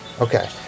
Okay